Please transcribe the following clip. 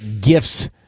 gifts